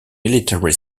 military